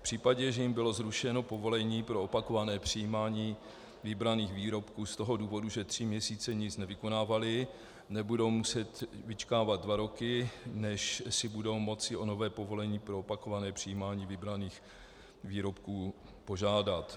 V případě, že jim bylo zrušeno povolení pro opakované přijímání vybraných výrobků z toho důvodu, že tři měsíce nic nevykonávali, nebudou muset vyčkávat dva roky, než si budou moci o nové povolení pro opakované přijímání vybraných výrobků požádat.